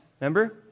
Remember